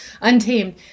untamed